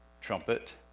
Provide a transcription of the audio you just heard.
trumpet